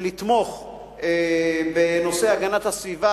שלתמוך בנושא הגנת הסביבה,